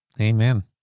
Amen